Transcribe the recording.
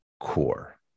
Core